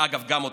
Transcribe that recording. ואגב, גם אותך,